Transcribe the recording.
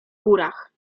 górach